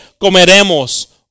comeremos